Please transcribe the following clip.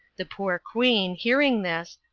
the poor queen, hearing this,